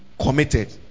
committed